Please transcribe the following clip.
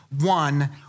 one